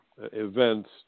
events